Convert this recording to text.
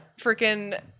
freaking